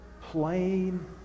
plain